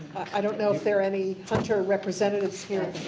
i don't know if there any hunter representatives here.